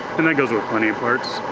and that goes with plenty of parts.